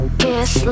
kiss